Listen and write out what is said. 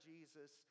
Jesus